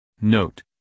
Note